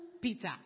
Peter